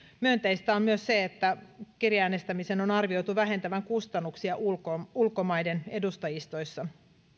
myönteistä on myös se että kirjeäänestämisen on arvioitu vähentävän kustannuksia ulkomaiden ulkomaiden edustajistoissa